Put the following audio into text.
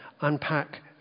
unpack